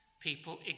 People